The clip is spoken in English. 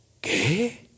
¿Qué